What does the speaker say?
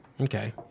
okay